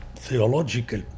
theological